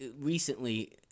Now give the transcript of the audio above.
recently